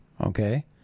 Okay